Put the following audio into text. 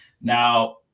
Now